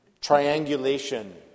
triangulation